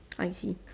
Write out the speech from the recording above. I see